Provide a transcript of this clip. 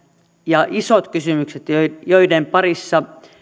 ja isot kysymykset joiden parissa